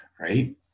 right